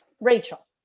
Rachel